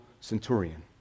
centurion